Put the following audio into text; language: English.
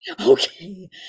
Okay